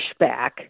pushback